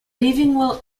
leaving